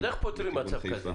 אתה יודע איך פותרים מצב כזה